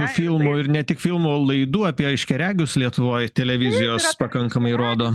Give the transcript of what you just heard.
filmų ir ne tik filmų laidų apie aiškiaregius lietuvoj televizijos pakankamai rodo